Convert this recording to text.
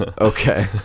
Okay